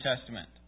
Testament